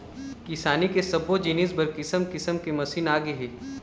किसानी के सब्बो जिनिस बर किसम किसम के मसीन आगे हे